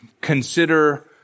consider